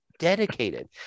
dedicated